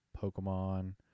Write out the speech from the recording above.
Pokemon